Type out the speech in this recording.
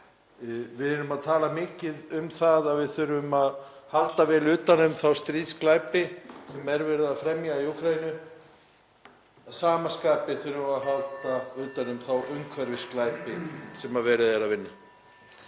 Við erum að tala mikið um það að við þurfum að halda vel utan um þá stríðsglæpi sem er verið að fremja í Úkraínu. Að sama skapi þurfum við að halda utan um þá umhverfisglæpi sem verið er að vinna.